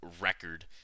record